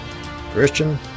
Christian